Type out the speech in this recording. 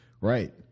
Right